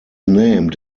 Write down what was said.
named